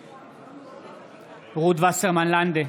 נגד רות וסרמן לנדה,